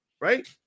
Right